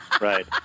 Right